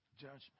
Judgment